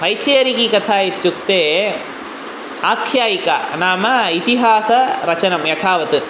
वैचारिकी कथा इत्युक्ते आख्यायिका नाम इतिहासरचनं यथावत्